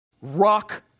Rock